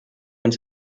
uns